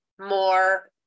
more